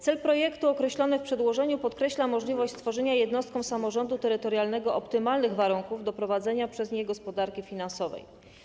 Cel projektu określony w przedłożeniu podkreśla możliwość stworzenia jednostkom samorządu terytorialnego optymalnych warunków do prowadzenia przez nie gospodarki finansowej.